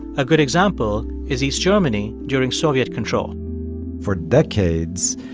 a good example is east germany during soviet control for decades,